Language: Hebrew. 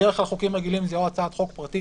בדרך כלל חוקים רגילים זה או הצעת חוק פרטית